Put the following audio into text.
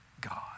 God